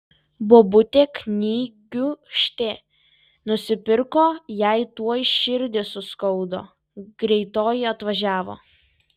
bobutė knygiūkštę nusipirko jai tuoj širdį suskaudo greitoji atvažiavo